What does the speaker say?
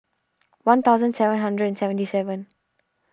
one thousand seven hundred and seventy seven